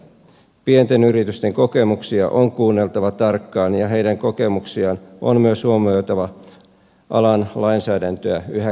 pienten yritysten kokemuksia on kuunneltava tarkkaan ja niiden kokemuksia on myös huomioitava alan lainsäädäntöä yhä kehitettäessä